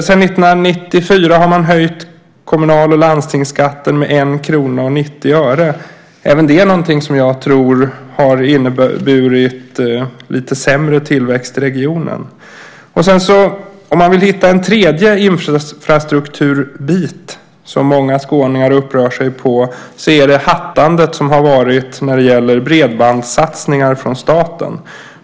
Sedan 1994 har man höjt kommunal och landstingsskatten med 1 kr och 90 öre, även det någonting som jag tror har inneburit lite sämre tillväxt i regionen. Om man vill hitta en tredje infrastrukturbit som många skåningar upprörs över är det hattandet när det gäller bredbandssatsningar från statens sida.